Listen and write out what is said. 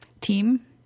team